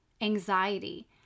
anxiety